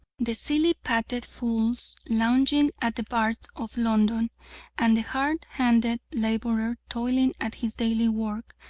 the silly-pated fools lounging at the bars of london and the hard-handed labourer toiling at his daily work,